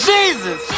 Jesus